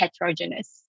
heterogeneous